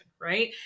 right